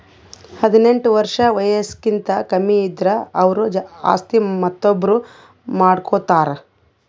ಹದಿನೆಂಟ್ ವರ್ಷ್ ವಯಸ್ಸ್ಕಿಂತ ಕಮ್ಮಿ ಇದ್ದುರ್ ಅವ್ರ ಆಸ್ತಿ ಮತ್ತೊಬ್ರು ನೋಡ್ಕೋತಾರ್